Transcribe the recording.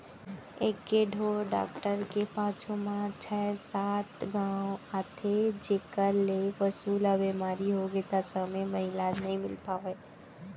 एके ढोर डॉक्टर के पाछू म छै सात गॉंव आथे जेकर ले पसु ल बेमारी होगे त समे म इलाज नइ मिल पावय